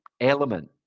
element